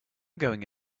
going